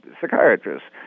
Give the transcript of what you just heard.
psychiatrists